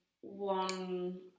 one